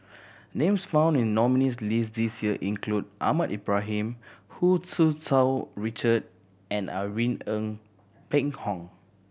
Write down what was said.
names found in the nominees' list this year include Ahmad Ibrahim Hu Tsu Tau Richard and Irene Ng Phek Hoong